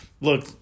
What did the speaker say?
look